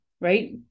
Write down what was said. right